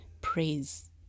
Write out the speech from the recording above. Praise